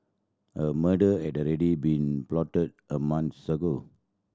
a murder had already been plotted a month ago